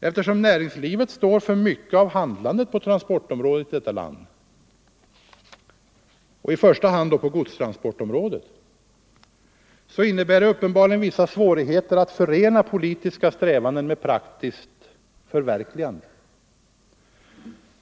Eftersom näringslivet står för mycket av handlandet på transportområdet här i landet, i första hand då på godstransportområdet, innebär det uppenbarligen vissa svårigheter att förena politiska strävanden med praktiskt förverkligande.